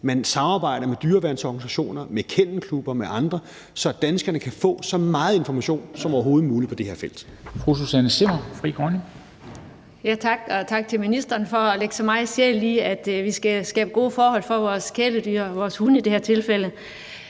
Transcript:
Man samarbejder med dyreværnsorganisationer, med kennelklubber og med andre, så danskerne kan få så meget information som overhovedet muligt på det her felt.